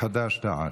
חד"ש-תע"ל.